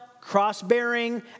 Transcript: cross-bearing